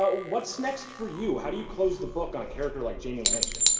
but what's next for you? how do you close the book on a character like jaime lannister?